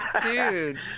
Dude